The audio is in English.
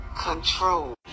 control